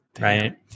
Right